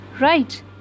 Right